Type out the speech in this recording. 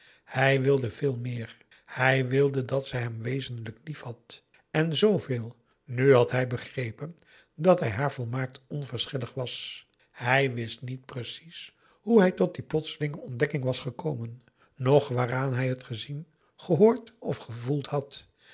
hij wilde veel meer hij wilde dat ze hem wezenlijk liefhad en zooveel nu had hij begrepen dat hij haar volmaakt onverschillig was hij wist niet precies hoe hij tot die plotselinge ontdekking was gekomen noch waaraan hij het gezien gehoord of gevoeld had